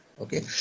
okay